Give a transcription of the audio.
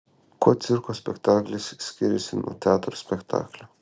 kuo cirko spektaklis skiriasi nuo teatro spektaklio